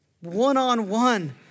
one-on-one